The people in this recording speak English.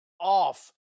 off